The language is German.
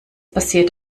passiert